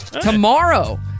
tomorrow